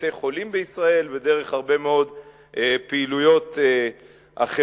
מבתי-חולים בישראל ועד הרבה מאוד פעילויות אחרות.